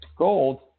Gold